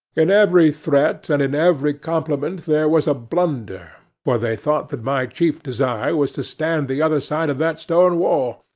in every threat and in every compliment there was a blunder for they thought that my chief desire was to stand the other side of that stone wall.